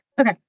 Okay